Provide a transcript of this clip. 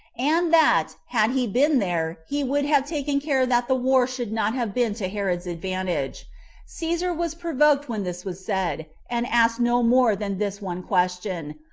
and that, had he been there, he would have taken care that the war should not have been to herod's advantage caesar was provoked when this was said, and asked no more than this one question,